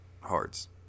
hearts